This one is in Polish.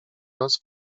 nas